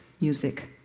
music